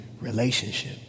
relationship